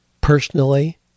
personally